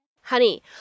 Honey